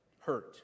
hurt